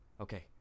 Okay